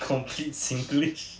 complete singlish